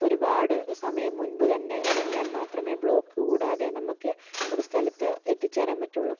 ഒരുപാട് സമയം മുമ്പ് തന്നെ ഇറങ്ങിയാൽ മാത്രമേ ബ്ലോക്ക് കൂടാതെ നമുക്ക് ഒരു സ്ഥലത്ത് എത്തിച്ചേരാൻ പറ്റുള്ളൂ